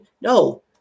No